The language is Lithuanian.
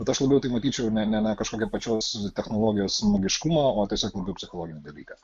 bet aš labiau tai matyčiau ne ne kažkokią pačios technologijos magiškumą o tiesiog labiau psichologinį dalyką